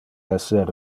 esser